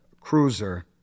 cruiser